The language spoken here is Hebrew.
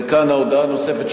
וכאן ההודעה הנוספת,